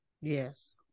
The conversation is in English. Yes